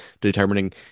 determining